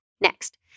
next